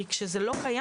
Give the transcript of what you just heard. כי כאשר זה לא קיים,